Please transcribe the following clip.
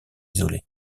isolés